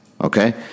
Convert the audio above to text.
Okay